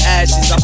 ashes